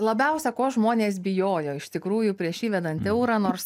labiausia ko žmonės bijojo iš tikrųjų prieš įvedant eurą nors